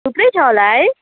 थुप्रै छ होला है